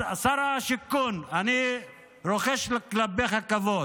שר השיכון, אני רוחש לך כבוד.